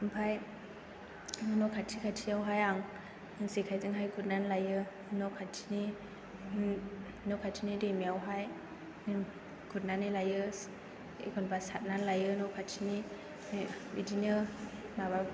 ओमफ्राय न' खाथि खाथियावहाय आं जेखायजों आं गुरनानैहाय लायो न' खाथिनि न' खाथिनि दैमायावहाय गुरनानै लायो एखनबा सारनानै लायो न' खाथिनि बिदिनो माबा